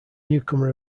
newcomer